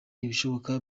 ibishoboka